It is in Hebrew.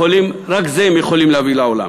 רק את זה הם יכולים להביא לעולם.